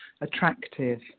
attractive